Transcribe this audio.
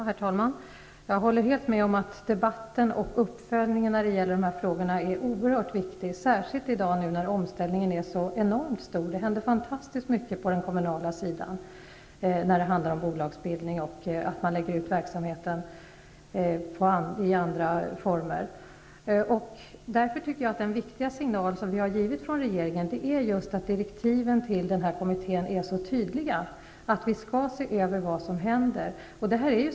Herr talman! Jag håller helt med om att debatten och uppföljningen när det gäller dessa frågor är oerhört viktiga, särskilt när omställningen i dag är så enormt stor. Det händer fantastiskt mycket på den kommunala sidan beträffande bolagsbildning och utläggning av verksamhet i andra former. Den viktiga signal som regeringen avgivit är tydliga direktiv till kommittén. Regeringen skall se över vad som händer.